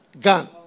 gun